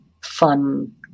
fun